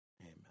Amen